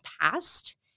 past